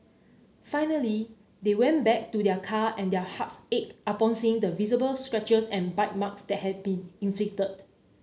finally they went back to their car and their hearts ached upon seeing the visible scratches and bite marks that had been inflicted